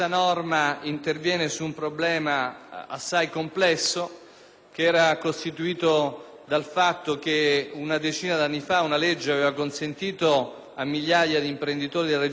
complesso, costituito dal fatto che una decina d'anni fa una legge aveva consentito a migliaia di imprenditori della Regione Sardegna di accedere a forme di credito agevolato.